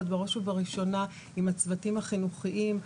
בראש ובראשונה עם הצוותים החינוכיים.